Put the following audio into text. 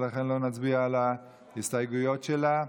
ולכן לא נצביע על ההסתייגויות שלה,